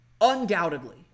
undoubtedly